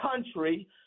country